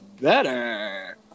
better